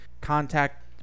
contact